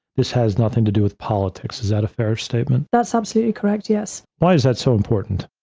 this has nothing to do with politics. is that a fair statement? that's absolutely correct, yes. why is that so important?